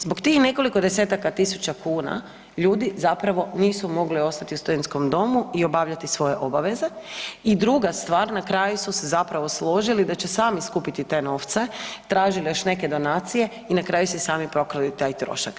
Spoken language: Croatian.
Zbog tih nekoliko desetaka tisuća kuna ljudi nisu mogli ostati u studentskom domu i obavljati svoje obaveze i druga stvar, na kraju su se zapravo složili da će sami skupiti te novce, tražili još neke donacije i na kraju si sami pokrili taj trošak.